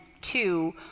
two